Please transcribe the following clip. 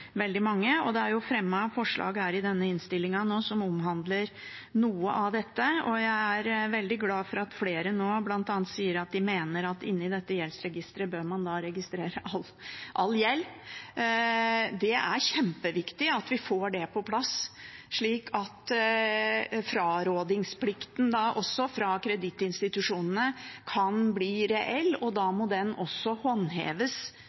veldig mange. Det er fremmet forslag i denne saken som omhandler noe av dette. Jeg er veldig glad for at flere nå bl.a. mener at man i dette gjeldsregisteret bør registrere all gjeld. Det er kjempeviktig at vi får det på plass, slik at frarådingsplikten hos kredittinstitusjonene også kan bli reell. Da må det håndheves